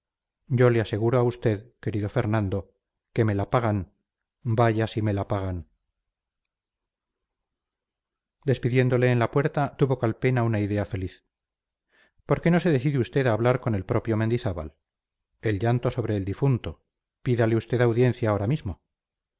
yo le aseguro a usted querido fernando que me la pagan vaya si me la pagan despidiéndole en la puerta tuvo calpena una idea feliz por qué no se decide usted a hablar con el propio mendizábal el llanto sobre el difunto pídale usted audiencia ahora mismo